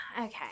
Okay